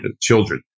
children